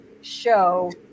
show